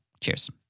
Cheers